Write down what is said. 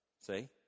See